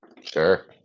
Sure